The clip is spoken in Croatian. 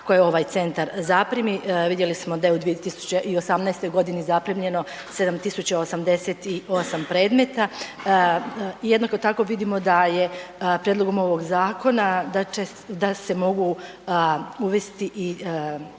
koje ovaj centar zaprimi. Vidjeli smo da je u 2018. godini zaprimljeno 7.088 predmeta. Jednako tako vidimo da je prijedlogom ovog zakona, da će se, da se mogu uvesti i